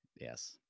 Yes